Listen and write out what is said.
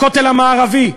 לכותל המערבי.